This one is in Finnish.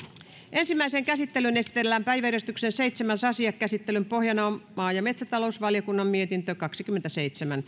ensimmäiseen käsittelyyn esitellään päiväjärjestyksen seitsemäs asia käsittelyn pohjana on maa ja metsätalousvaliokunnan mietintö kaksikymmentäseitsemän